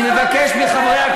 אני מבקש מחברי,